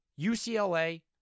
UCLA